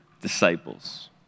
disciples